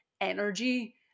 energy